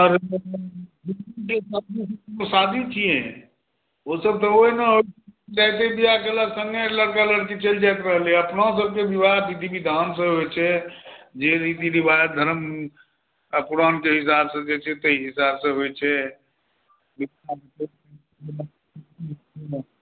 शादी छियै ओसभ तऽ ओहिमे जाहि दिन बिआह केलक सङ्गे लड़का लड़की चलि जाइत रहलै अपनासभक बिआह विधि विधानसँ होइत छै जे रीती रिवाज़ धर्म पुरानके हिसाबसँ दै छै से तहि हिसाबसे होइत छै